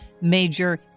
major